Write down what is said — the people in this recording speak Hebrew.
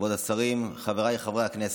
כבוד השרים, חבריי חברי הכנסת,